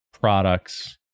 products